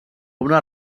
una